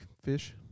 Fish